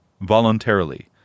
voluntarily